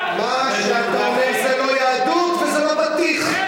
מה שאתה אומר זה לא יהדות וזה לא בטיח.